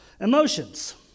emotions